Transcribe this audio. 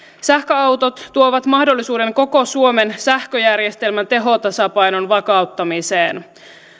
sähköautot tuovat mahdollisuuden koko suomen sähköjärjestelmän tehotasapainon vakauttamiseen